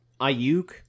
Ayuk